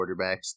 quarterbacks